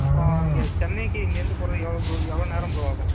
அப்புறம் இங்கே சென்னைக்கு இங்கேருந்து போகறதுக்கு எவ்வளோ ப்ரோ எவ்வளோ நேரம் ப்ரோ ஆகும்